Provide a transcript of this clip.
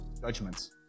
judgments